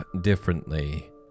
differently